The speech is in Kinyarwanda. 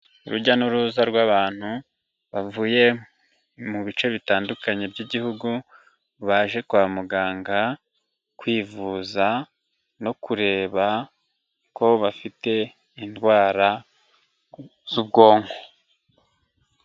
Urujya n'uruza rw'abantu bavuye mu bice bitandukanye by'igihugu, baje kwa muganga kwivuza no kureba ko bafite indwara z'ubwonko.